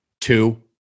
two